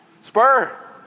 Spur